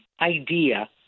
idea